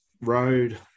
road